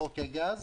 חוק הגז